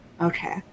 Okay